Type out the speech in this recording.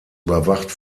überwacht